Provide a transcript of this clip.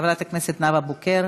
חברת הכנסת נאוה בוקר,